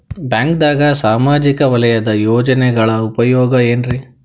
ಬ್ಯಾಂಕ್ದಾಗ ಸಾಮಾಜಿಕ ವಲಯದ ಯೋಜನೆಗಳ ಉಪಯೋಗ ಏನ್ರೀ?